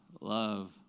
love